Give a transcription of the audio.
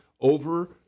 over